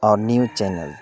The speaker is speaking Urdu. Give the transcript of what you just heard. اور نیوز چینل